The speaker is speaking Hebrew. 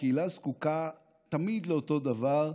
וקהילה זקוקה תמיד לאותו דבר,